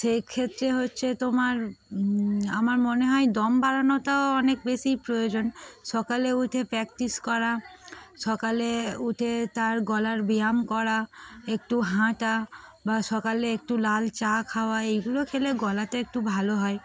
সেইক্ষ্ষেত্রে হচ্ছে তোমার আমার মনে হয় দম বাড়ানোটাও অনেক বেশি প্রয়োজন সকালে উঠে প্র্যাকটিস করা সকালে উঠে তার গলার ব্যায়াম করা একটু হাঁটা বা সকালে একটু লাল চা খাওয়া এইগুলো খেলে গলাতে একটু ভালো হয়